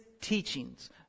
teachings